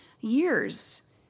years